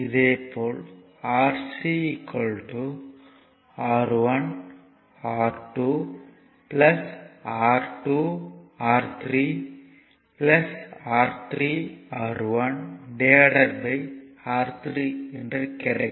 இதே போல் Rc R1 R2 R2 R3 R3 R1R3 என்று கிடைக்கும்